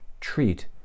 treat